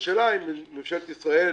השאלה אם ממשלת ישראל